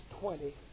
twenty